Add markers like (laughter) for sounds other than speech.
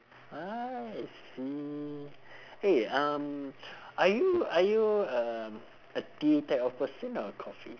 ah I see eh um are you (breath) are you um a tea type of person or a coffee